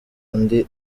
undi